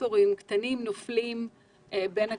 סקטורים קטנים נופלים בין הכיסאות.